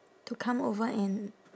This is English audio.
to come over and